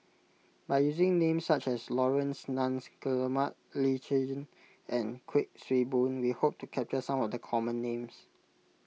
by using names such as Laurence Nunns Guillemard Lee Tjin and Kuik Swee Boon we hope to capture some of the common names